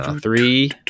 Three